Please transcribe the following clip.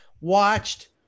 watched